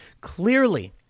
Clearly